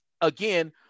again